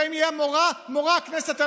ויהיה מורא הכנסת עליהם,